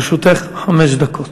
לרשותך חמש דקות.